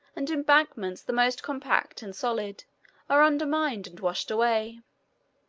and embankments the most compact and solid are undermined and washed away.